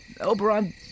Oberon